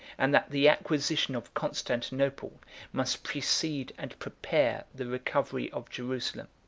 and that the acquisition of constantinople must precede and prepare the recovery of jerusalem.